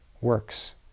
works